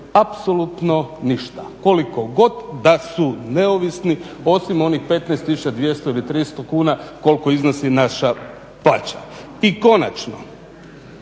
apsolutno ništa, koliko god da su neovisni osim onih 15 tisuća 200 ili 300 kuna koliko iznosi naša plaća. I konačno,